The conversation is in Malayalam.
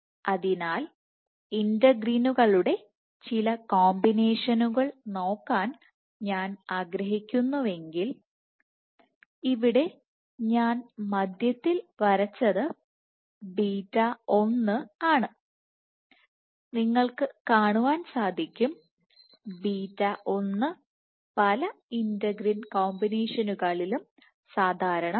അതിനാൽ ഇന്റഗ്രിനുകളുടെ ചില കോമ്പിനേഷനുകൾ നോക്കാൻ ഞാൻ ആഗ്രഹിക്കുന്നുവെങ്കിൽ ഇവിടെ ഞാൻ മധ്യത്തിൽ വരച്ചത് ബീറ്റ 1 β 1 ആണ് നിങ്ങൾക്ക് കാണാൻ സാധിക്കും ബീറ്റ 1 β 1 പലഇന്റഗ്രിൻ കോമ്പിനേഷനുകളിലും സാധാരണമാണ്